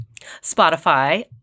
Spotify